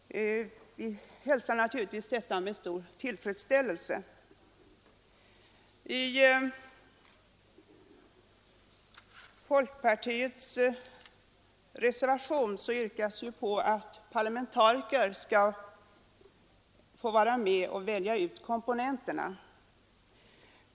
Vi hälsar naturligtvis detta med stor tillfredsställelse. I folkpartiets reservation yrkas att parlamentariker skall få vara med och välja ut komponenterna.